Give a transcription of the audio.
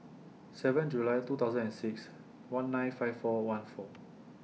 seven July two thousand and six one nine five four one four